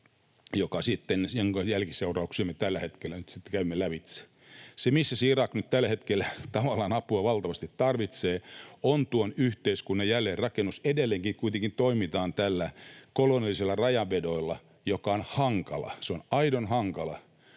jonka jälkiseurauksia me tällä hetkellä nyt sitten käymme lävitse. Se, missä Irak nyt tällä hetkellä tavallaan apua valtavasti tarvitsee, on tuon yhteiskunnan jälleenrakennus. Edelleenkin kuitenkin toimitaan tällä koloniaalisella rajanvedolla, joka on hankala. Se on aidon hankala,